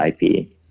IP